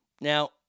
Now